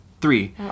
Three